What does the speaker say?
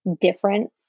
different